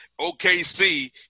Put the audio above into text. OKC